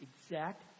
exact